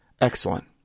Excellent